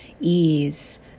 ease